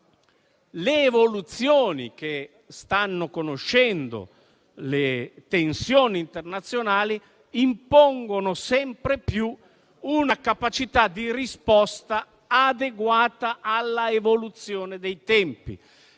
le evoluzioni che stanno conoscendo le tensioni internazionali impongono sempre più una capacità di risposta adeguata ai tempi.